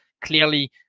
clearly